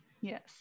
yes